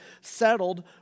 settled